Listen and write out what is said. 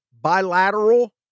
bilateral